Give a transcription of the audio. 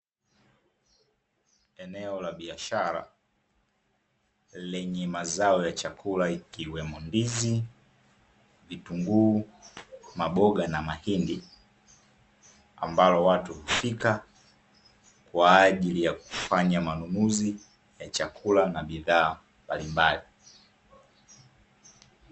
Eneo la biashara lenye mazao ya chakula ikiwemo ndizi, vitunguu, maboga na mahindi ambalo watu hufika kwa ajili ya kufanya manunuzi ya chakula na bidhaa mbalimbali.